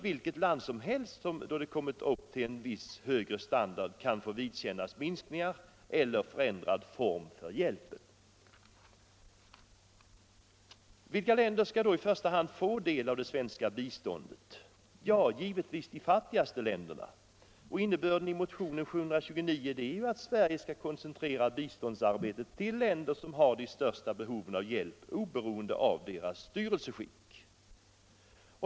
Vilket land som helst kan således, då det har kommit upp till en viss högre standard, få vidkännas minskningar av eller förändrade former för u-hjälpen. Vilka länder skall då i första hand få del av det svenska biståndet? Givetvis de fattigaste länderna. Innebörden av motionen 729 är ju att Sverige skall koncentrera biståndet till de länder som har de största behoven av hjälp, oberoende av deras styrelseskick.